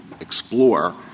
explore